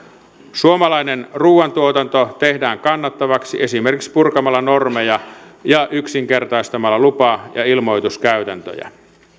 suomalainen ruuantuotanto tehdään kannattavaksi esimerkiksi purkamalla normeja ja yksinkertaistamalla lupa ja ilmoituskäytäntöjä